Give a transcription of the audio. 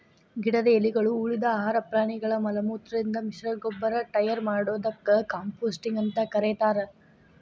ಗಿಡದ ಎಲಿಗಳು, ಉಳಿದ ಆಹಾರ ಪ್ರಾಣಿಗಳ ಮಲಮೂತ್ರದಿಂದ ಮಿಶ್ರಗೊಬ್ಬರ ಟಯರ್ ಮಾಡೋದಕ್ಕ ಕಾಂಪೋಸ್ಟಿಂಗ್ ಅಂತ ಕರೇತಾರ